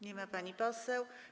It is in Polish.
Nie ma pani poseł.